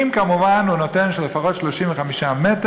אם כמובן הוא נותן לפחות 35 מטר,